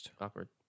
awkward